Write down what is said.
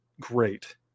great